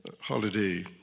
Holiday